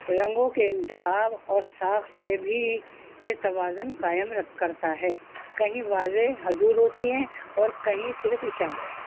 رنگوں کے انتخاب اور ساخت سے بھی یہ توازن قائم رکھ کرتا ہے کہیں واضح حدود ہوتی ہیں اور کہیں صرف اشارے